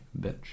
Bitch